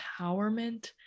empowerment